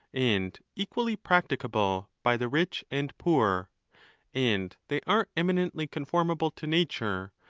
and equally prac ticable by the rich and poor and they are eminently con formable to nature,